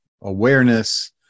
awareness